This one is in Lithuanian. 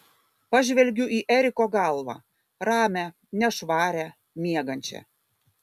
pažvelgiu į eriko galvą ramią nešvarią miegančią